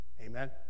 Amen